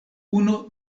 unu